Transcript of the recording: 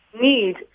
need